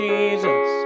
Jesus